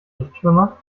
nichtschwimmer